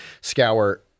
scour